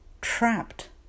trapped